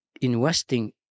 investing